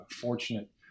fortunate